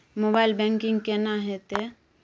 Mobile banking केना हेते?